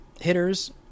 hitters